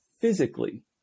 physically